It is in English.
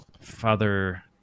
Father